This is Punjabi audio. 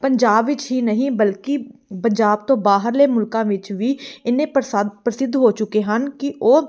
ਪੰਜਾਬ ਵਿੱਚ ਹੀ ਨਹੀਂ ਬਲਕਿ ਪੰਜਾਬ ਤੋਂ ਬਾਹਰਲੇ ਮੁਲਕਾਂ ਵਿੱਚ ਵੀ ਇੰਨੇ ਪ੍ਰਸੱਧ ਪ੍ਰਸਿੱਧ ਹੋ ਚੁੱਕੇ ਹਨ ਕਿ ਉਹ